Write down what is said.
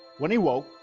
when he woke,